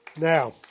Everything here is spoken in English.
Now